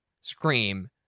scream